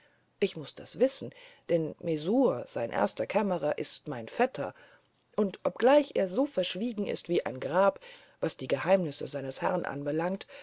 ich muß das wissen denn messour sein erster kämmerer ist mein vetter und obgleich er so verschwiegen ist wie das grab was die geheimnisse seines herrn anbelangt